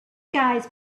guys